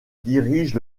dirige